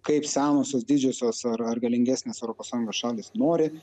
kaip senosios didžiosios ar ar galingesnės europos sąjungos šalys nori